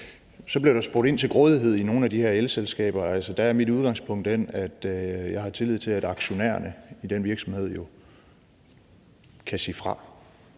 Så blev der spurgt ind til grådighed i nogle af de her elselskaber. Der er mit udgangspunkt det, at jeg har tillid til, at aktionærerne i de virksomheder kan sige fra,